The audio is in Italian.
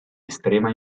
estrema